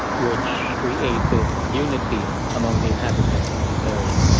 which created unity among the inhabitants in these areas.